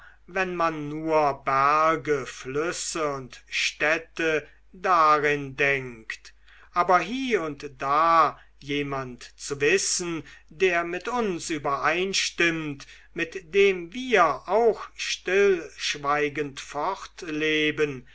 wenn man nur berge flüsse und städte darin denkt aber hie und da jemand zu wissen der mit uns übereinstimmt mit dem wir auch stillschweigend